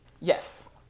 Yes